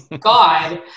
God